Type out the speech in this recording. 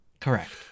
Correct